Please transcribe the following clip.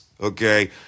Okay